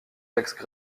textes